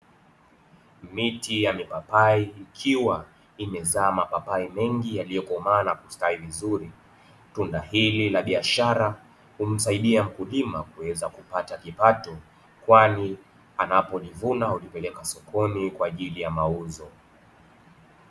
Miti ya mipapai, ikiwa imezaa mapapai mengi yaliyokomaa na kustawi vizuri. Tunda hili la biashara humsaidia mkulima kuweza kupata kipato, kwani anapolivuna hulipeleka sokoni kwa ajili ya mauzo.